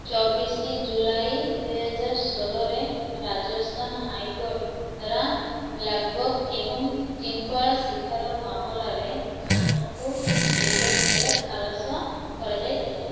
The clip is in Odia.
ଚବିଶ ଜୁଲାଇ ଦୁଇହଜାର ଷୋହଳରେ ରାଜସ୍ଥାନ ହାଇକୋର୍ଟ ଦ୍ୱାରା ବ୍ଲାକ୍ବକ୍ ଏବଂ ଚିଙ୍କରା ଶିକାର ମାମଲାରେ ଖାନଙ୍କୁ ନିର୍ଦ୍ଦୋଷରେ ଖଲାସ କରାଯାଇଥିଲା